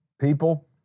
People